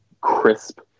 crisp